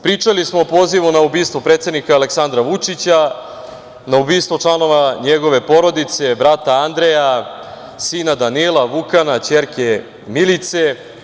Pričali smo o pozivu na ubistvo predsednika Aleksandra Vučića, na ubistvo članova njegove porodice, brata Andreja, sina Danila, Vukana, ćerke Milice.